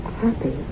happy